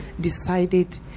decided